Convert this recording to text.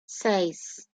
seis